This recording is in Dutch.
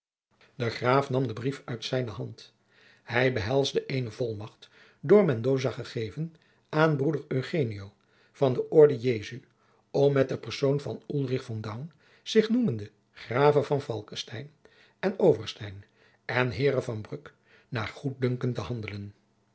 de graaf nam den brief uit zijne hand hij behelsde eene volmacht door mendoza gegeven aan broeder eugenio van de orde jesu om met de persoon van ulrich von daun zich noemende grave van falckestein en overstein en heere van bruck naar goeddunken te handelen